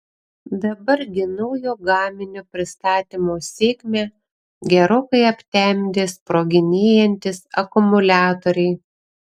dabar gi naujo gaminio pristatymo sėkmę gerokai aptemdė sproginėjantys akumuliatoriai